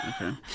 Okay